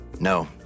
No